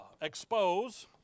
expose